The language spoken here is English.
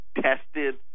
tested